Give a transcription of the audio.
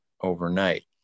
overnight